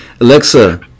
Alexa